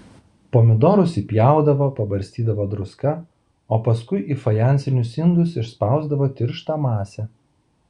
pomidorus įpjaudavo pabarstydavo druska o paskui į fajansinius indus išspausdavo tirštą masę